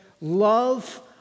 Love